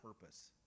purpose